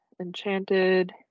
Enchanted